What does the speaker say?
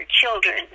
children